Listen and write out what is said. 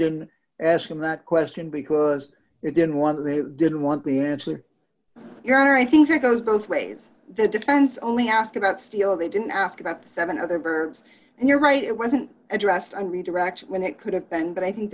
didn't ask them that question because it didn't want to they didn't want the answer your honor i think it goes both ways the defense only asked about steele they didn't ask about the seven other birds and you're right it wasn't addressed and redirect when it could have been but i think